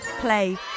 play